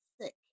thick